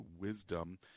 wisdom